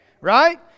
right